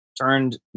turned